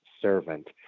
servant